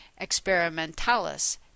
Experimentalis